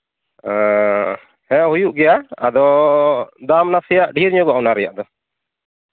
ᱦᱮᱸ ᱦᱩᱭᱩᱜ ᱜᱮᱭᱟ ᱟᱫᱚ ᱫᱟᱢ ᱱᱟᱥᱮᱭᱟᱜ ᱰᱷᱮᱨ ᱧᱚᱜᱚᱜᱼᱟ ᱚᱱᱟ ᱨᱮᱭᱟᱜ ᱫᱚ